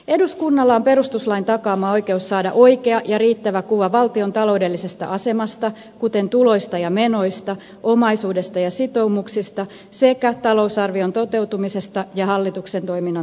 eduskunnalla on perustuslain takaama oikeus saada oikea ja riittävä kuva valtion taloudellisesta asemasta kuten tuloista ja menoista omaisuudesta ja sitoumuksista sekä talousarvion toteutumisesta ja hallituksen toiminnan tuloksista